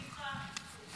תודה רבה.